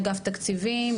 אגף תקציבים,